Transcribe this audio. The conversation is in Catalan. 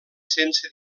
sense